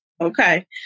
Okay